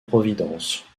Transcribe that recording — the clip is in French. providence